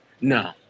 no